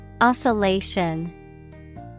Oscillation